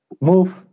move